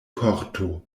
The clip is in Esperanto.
korto